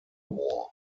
war